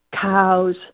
cows